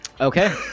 Okay